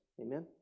Amen